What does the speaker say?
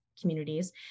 communities